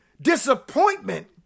disappointment